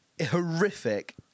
horrific